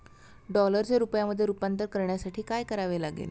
डॉलरचे रुपयामध्ये रूपांतर करण्यासाठी काय करावे लागेल?